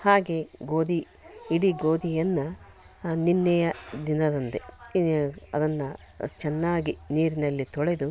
ಹಾಗೆ ಗೋಧಿ ಇಡೀ ಗೋಧಿಯನ್ನು ನಿನ್ನೆಯ ದಿನದಂದೇ ಅದನ್ನು ಚೆನ್ನಾಗಿ ನೀರಿನಲ್ಲಿ ತೊಳೆದು